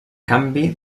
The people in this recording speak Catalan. canvi